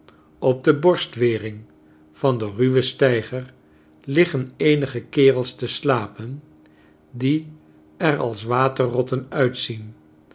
op de borstwering van den ruwen steiger liggen eenige kerels te slapen die er als waterrotten uitzien